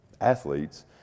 athletes